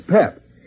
Pep